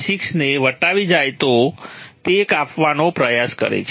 6 ને વટાવી જાય તો તે કાપવાનો પ્રયાસ કરે છે